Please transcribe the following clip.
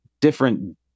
different